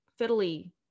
fiddly